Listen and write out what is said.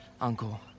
uncle